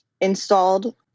installed